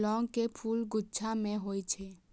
लौंग के फूल गुच्छा मे होइ छै